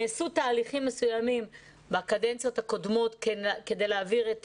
נעשו תהליכים מסוימים בקדנציות הקודמות כדי להעביר את